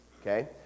okay